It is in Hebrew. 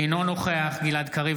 אינו נוכח גלעד קריב,